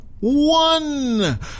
one